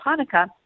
Hanukkah